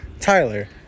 Tyler